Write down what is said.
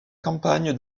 campagne